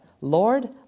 Lord